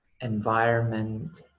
environment